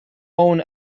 own